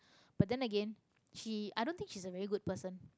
but then again she I don't think she is a very good person